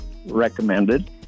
Recommended